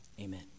amen